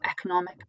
economic